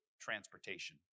transportation